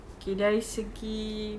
okay dari segi